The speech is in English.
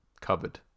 cupboard